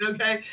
Okay